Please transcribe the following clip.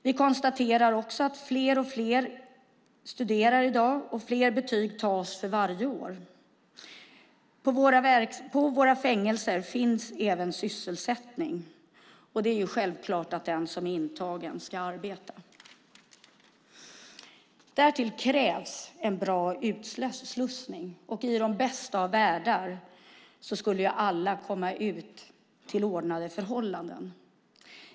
Vi konstaterar också att fler och fler studerar i dag och fler får betyg för varje år. På våra fängelser finns även sysselsättning. Det är självklart att den som är intagen ska arbeta. Därtill krävs det en bra utslussning. I den bästa av världar skulle alla komma ut till ordnade förhållanden.